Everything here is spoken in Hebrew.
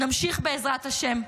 נמשיך, בעזרת השם,